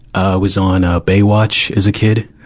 i was on, ah, baywatch as a kid.